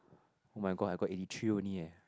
oh-my-god I got eighty three only leh